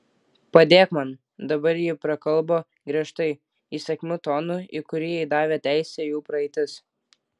padėk man dabar ji prakalbo griežtai įsakmiu tonu į kurį jai davė teisę jų praeitis